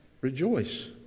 rejoice